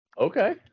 Okay